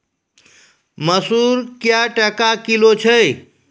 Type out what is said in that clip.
मसूर क्या टका किलो छ?